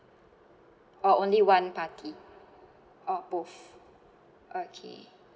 or only one party oh both okay